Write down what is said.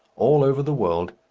all over the world,